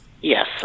Yes